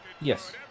yes